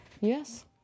Yes